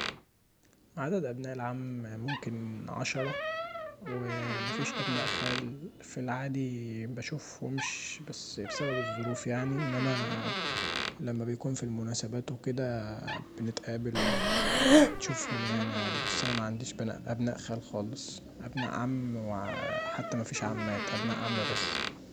عدد ابناء العم ممكن عشره ومفيش ابناء خال، في العادي مبشوفهومش بسبب الظروف يعني، انما لما بيكون في المناسبات وكدا بنتقابل وبشوفهم يعني عادي، بس انا معنديش ابناء خال خالص، ابناءعم وحتي مفيش عمات، ابناء عم بس.